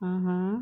(uh huh)